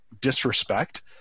disrespect